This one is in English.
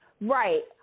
Right